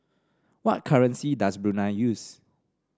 what currency does Brunei use